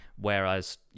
whereas